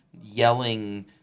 yelling